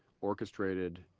orchestrated